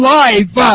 life